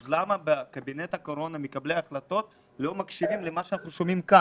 אז למה בקבינט הקורונה מקבלי ההחלטות לא מקשיבים למה שאנחנו שומעים כאן?